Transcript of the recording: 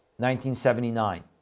1979